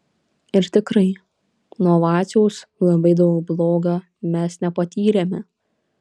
ir tikrai nuo vaciaus labai daug bloga mes nepatyrėme